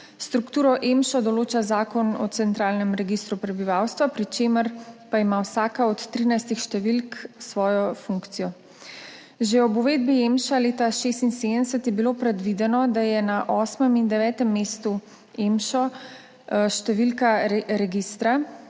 Strukturo EMŠO določa Zakon o centralnem registru prebivalstva, pri čemer pa ima vsaka od 13 številk svojo funkcijo. Že ob uvedbi EMŠA leta 1976 je bilo predvideno, da je na osmem in devetem mestu EMŠA številka registra,